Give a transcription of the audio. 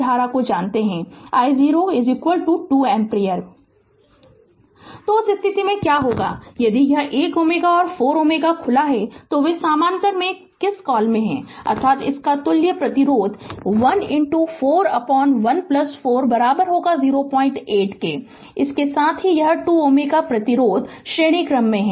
Refer Slide Time 2416 तो उस स्थिति में क्या होगा यदि यह 1 Ω और 4 Ω खुला है तो वे समानांतर में किस कॉल में हैं अर्थात इनका तुल्य प्रतिरोध 1 4 1 4 08 होगा और इसके साथ ही यह 2 Ω प्रतिरोध श्रेणीक्रम में है